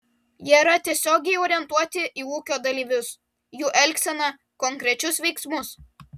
jie yra tiesiogiai orientuoti į ūkio dalyvius jų elgseną konkrečius veiksmus